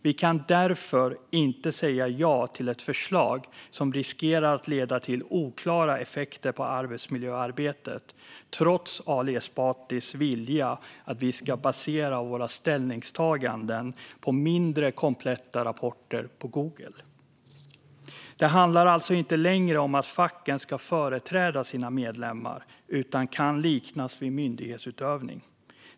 Vi kan därför inte säga ja till ett förslag som riskerar att leda till oklara effekter på arbetsmiljöarbetet, trots Ali Esbatis vilja att vi ska basera våra ställningstaganden på mindre kompletta rapporter på Google. Det handlar alltså inte längre om att facken ska företräda sina medlemmar, utan det kan liknas vid myndighetsutövning.